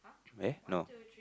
eh no